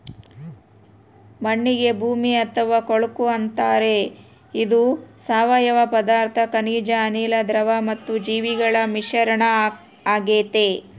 ಮಣ್ಣಿಗೆ ಭೂಮಿ ಅಥವಾ ಕೊಳಕು ಅಂತಾರೆ ಇದು ಸಾವಯವ ಪದಾರ್ಥ ಖನಿಜ ಅನಿಲ, ದ್ರವ ಮತ್ತು ಜೀವಿಗಳ ಮಿಶ್ರಣ ಆಗೆತೆ